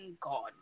god